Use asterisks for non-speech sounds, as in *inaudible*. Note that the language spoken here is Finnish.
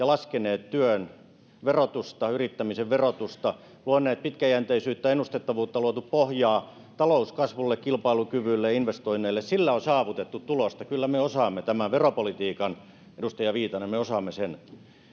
*unintelligible* laskeneet työn verotusta ja yrittämisen verotusta luoneet pitkäjänteisyyttä ja ennustettavuutta on luotu pohjaa talouskasvulle kilpailukyvylle ja investoinneille sillä on saavutettu tulosta kyllä me osaamme tämän veropolitiikan edustaja viitanen me osaamme sen